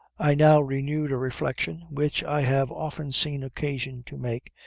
i now renewed a reflection, which i have often seen occasion to make,